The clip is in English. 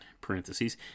parentheses